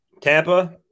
Tampa